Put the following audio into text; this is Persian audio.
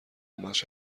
بخش